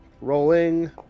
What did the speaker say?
Rolling